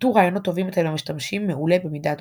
איתור רעיונות טובים אצל המשתמשים מעולה במידה דומה.